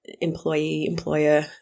employee-employer